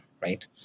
right